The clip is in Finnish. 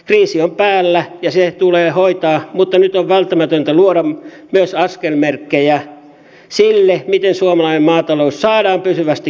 kriisi on päällä ja se tulee hoitaa mutta nyt on välttämätöntä luoda myös askelmerkkejä sille miten suomalainen maatalous saadaan pysyvästi kannattavaksi